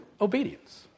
obedience